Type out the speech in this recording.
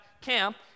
camp